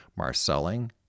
marcelling